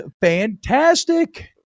fantastic